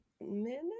minute